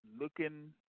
looking